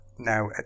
Now